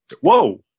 Whoa